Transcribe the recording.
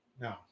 No